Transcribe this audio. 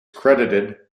credited